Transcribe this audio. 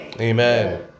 Amen